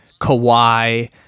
Kawhi